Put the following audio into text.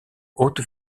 haute